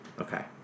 Okay